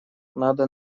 надо